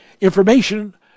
information